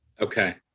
Okay